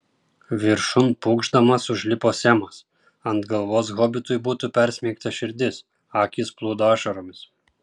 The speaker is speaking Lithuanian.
viršun pūkšdamas užlipo semas ant galvos hobitui būtų persmeigta širdis akys plūdo ašaromis